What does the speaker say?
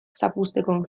zapuzteko